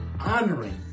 honoring